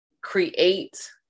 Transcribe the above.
create